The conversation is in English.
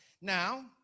Now